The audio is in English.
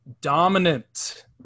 dominant